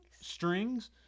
strings